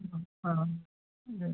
ആ ആ ഉണ്ട്